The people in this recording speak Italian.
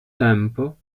tempo